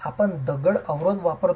आपण दगड अवरोध वापरतो